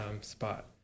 spot